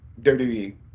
WWE